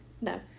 No